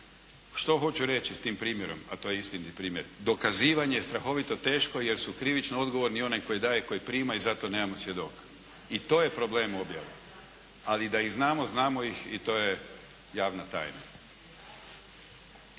Što hoću reći s tim primjerom, a to je istiniti primjer? Dokazivanje je strahovito teško jer su krivično odgovorni onaj koji daje i koji prima i zato nemamo svjedoka i to je problem objave. Ali, da ih znamo, znamo ih i to je javna tajna.